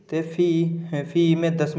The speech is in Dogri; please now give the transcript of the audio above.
ते फ्ही दसमीं